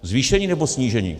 Zvýšení, nebo snížení?